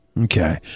okay